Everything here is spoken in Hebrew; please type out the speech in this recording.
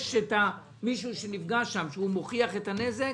יש מישהו שנפגע שם, שהוא מוכיח את הנזק,